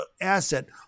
asset